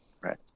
Right